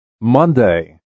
Monday